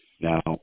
Now